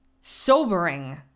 sobering